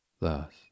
thus